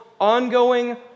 ongoing